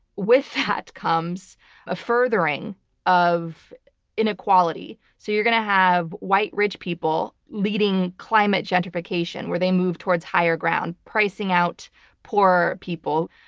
with that comes a furthering of inequality. so you're going to have white rich people leading climate gentrification, where they move towards higher ground pricing out poor people.